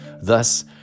Thus